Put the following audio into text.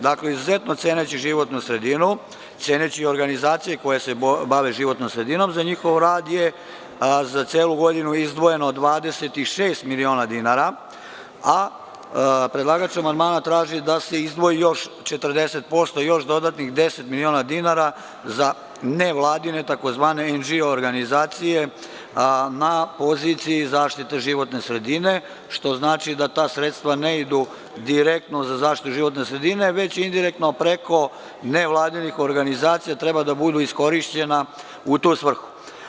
Dakle, izuzetno ceneći životnu sredinu, ceneći organizacije koje se bave životnom sredinom, za njihov rad je za celu godinu izdvojeno 26 miliona dinara, a predlagač amandmana traži da se izdvoji još 40%, još dodatnih 10 miliona dinara za nevladine tzv. NGO organizacije na poziciji zaštite životne sredine, što znači da ta sredstva ne idu direktno za zaštitu životne sredine, već indirektno preko nevladinih organizacija treba da budu iskorišćena u tu svrhu.